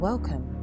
Welcome